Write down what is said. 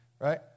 right